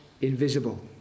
invisible